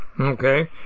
Okay